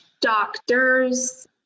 doctors